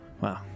Wow